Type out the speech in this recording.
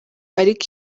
ariko